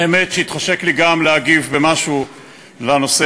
האמת שהתחשק לי גם להגיב במשהו לנושא